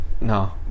No